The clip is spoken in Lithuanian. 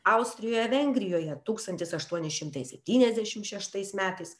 austrijoje vengrijoje tūkstantis aštuoni šimtai septyniasdešim šeštais metais